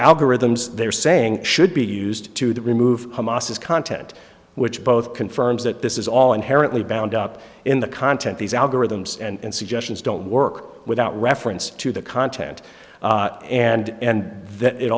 algorithms they're saying should be used to that remove hamas is content which both confirms that this is all inherently bound up in the content these algorithms and suggestions don't work without reference to the content and